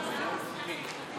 (קורא בשמות חברי הכנסת)